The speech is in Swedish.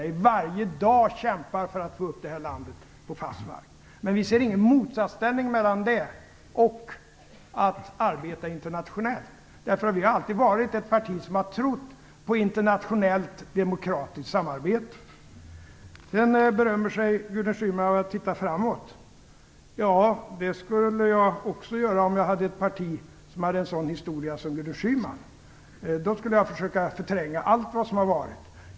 Vi kämpar varje dag för att få upp det här landet på fast mark. Men vi ser ingen motsättning mellan det och att arbeta internationellt. Vårt parti har alltid trott på internationellt demokratiskt samarbete. Gudrun Schyman berömmer sig av att se framåt. Ja, det skulle jag också göra om jag hade ett parti med en sådan historia som Gudrun Schymans. Då skulle jag försöka förtränga allt vad som har varit.